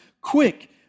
Quick